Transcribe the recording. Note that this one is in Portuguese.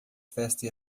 festa